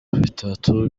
bitatu